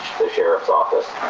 sheriff's office.